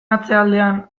atzealdean